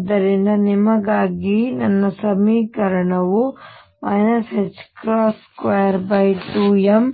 ಆದ್ದರಿಂದ ನಿಮಗಾಗಿ ನನ್ನ ಸಮೀಕರಣವು 22md2udr2